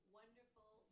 wonderful